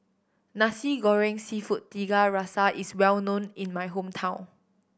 Nasi Goreng Seafood Tiga Rasa is well known in my hometown